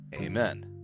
amen